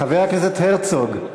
חבר הכנסת הרצוג.